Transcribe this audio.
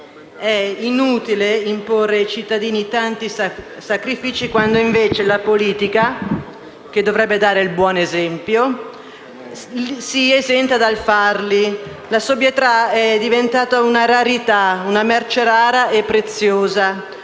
È inutile imporre ai cittadini tanti sacrifici quando invece la politica, che dovrebbe dare il buon esempio, si esenta dal farli. La sobrietà è diventata una merce rara e preziosa.